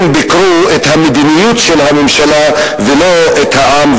הם ביקרו את המדיניות של הממשלה ולא את העם,